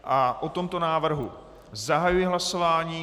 O tomto návrhu zahajuji hlasování.